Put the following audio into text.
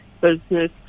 business